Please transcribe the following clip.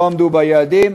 לא עמדו ביעדים,